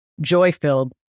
joy-filled